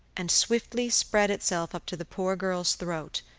and swiftly spread itself up to the poor girl's throat,